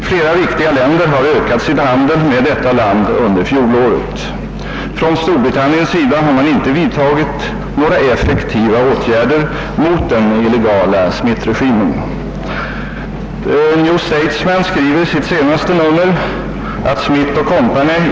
Flera viktiga länder har ökat sin handel med detta land under fjolåret. Från Storbritanniens sida har man inte vidtagit några effektiva åtgärder mot den illegala Smithregimen. New Statesman skriver i sitt senaste nummer att Smith & Co.